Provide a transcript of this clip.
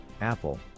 Apple